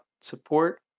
support